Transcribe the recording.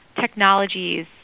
technologies